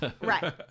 Right